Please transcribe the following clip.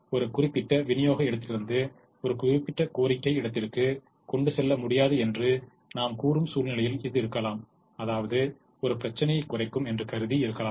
இப்போது ஒரு குறிப்பிட்ட விநியோக இடத்திலிருந்து ஒரு குறிப்பிட்ட கோரிக்கை இடத்திற்கு கொண்டு செல்ல முடியாது என்று நாம் கூறும் சூழ்நிலைகளில் இது இருக்கலாம் அதாவது ஒரு பிரச்சினையை குறைக்கும் என்று கருதி இருக்கலாம்